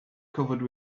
covered